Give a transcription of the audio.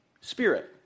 Spirit